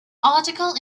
article